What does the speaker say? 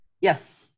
Yes